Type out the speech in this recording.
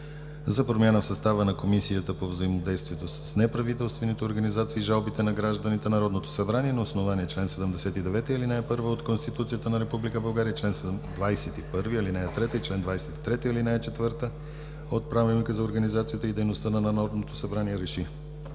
за промяна в състава на Комисията по взаимодействието с неправителствените организации и жалбите на гражданите Народното събрание на основание чл. 79, ал. 1 от Конституцията на Република България и чл. 21, ал. 3 и чл. 23, ал. 4 от Правилника за организацията и дейността на Народното събрание РЕШИ: